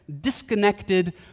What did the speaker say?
Disconnected